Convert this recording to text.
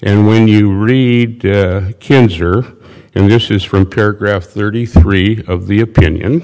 and when you read cancer and this is from paragraph thirty three of the opinion